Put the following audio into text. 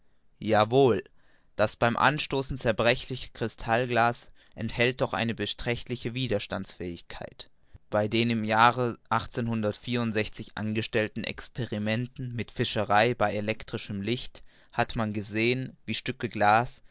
das beim anstoßen zerbrechliche krystallglas enthält doch eine beträchtliche widerstandsfähigkeit bei den im jahre angestellten experimenten mit fischerei bei elektrischem licht hat man gesehen wie stücke glas